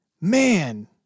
man